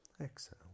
Exhale